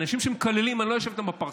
אנשים שמקללים, אני לא יושב איתם בפרסה,